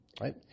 right